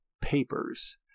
papers